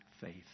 faith